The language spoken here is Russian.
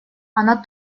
она